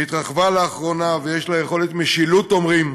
שהתרחבה לאחרונה, ויש לה יכולת משילות, אומרים.